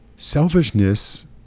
Selfishness